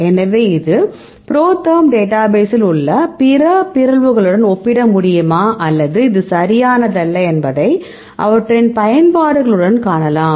எனவே இது ProTherm டேட்டாபேசில் உள்ள பிற பிறழ்வுகளுடன் ஒப்பிட முடியுமா அல்லது இது சரியானதல்ல என்பதை அவற்றின் பயன்பாடுகள் உடன் காணலாம்